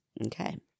Okay